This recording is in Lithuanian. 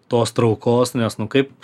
tos traukos nes nu kaip